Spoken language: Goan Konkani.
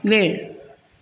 वेळ